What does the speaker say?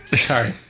Sorry